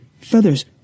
feathers